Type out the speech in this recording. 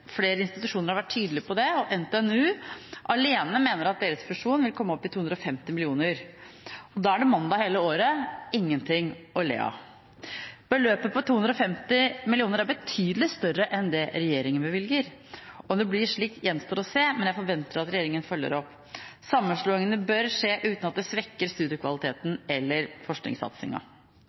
Flere institusjoner har vært tydelige på det, og NTNU alene mener at deres fusjon vil komme opp i 250 mill. kr. Da er det «mandag hele året, det er ingenting å le av». Beløpet på 250 mill. kr er betydelig større enn det regjeringen bevilger. Om det blir slik, gjenstår å se, men jeg forventer at regjeringen følger opp. Sammenslåingene bør skje uten at det svekker studiekvaliteten